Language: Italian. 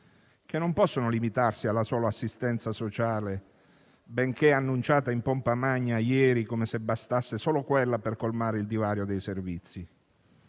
LEP non possono limitarsi alla sola assistenza sociale, annunciata in pompa magna ieri, come se bastasse solo quella per colmare il divario dei servizi.